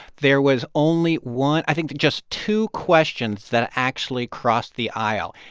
there was only one i think just two questions that actually crossed the aisle.